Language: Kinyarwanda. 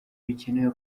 bikenewe